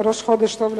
וראש חודש טוב לכולם.